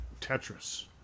Tetris